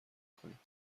کنیم